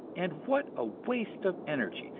and what a waste of energy,